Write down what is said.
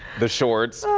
the shorts.